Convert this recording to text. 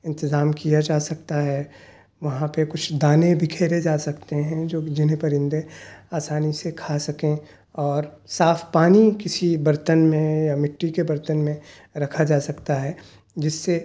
انتظام کیا جا سکتا ہے وہاں پہ کچھ دانیں بکھیرے جا سکتے ہیں جو جنہیں پرندے آسانی سے کھا سکیں اور صاف پانی کسی برتن میں یا مٹی کے برتن میں رکھا جا سکتا ہے جس سے